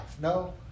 No